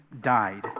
died